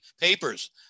papers